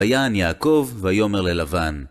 ויען יעקב ויאמר ללבן